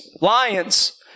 lions